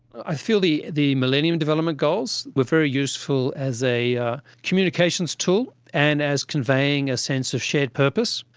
i feel the the millennium development goals were very useful as a a communications tool and as conveying a sense of shared purpose.